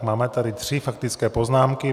Máme tady tři faktické poznámky.